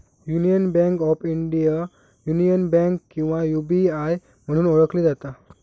union Bank of India, Union Bank किंवा UBI म्हणून ओळखली जाता